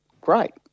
great